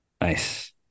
nice